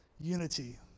unity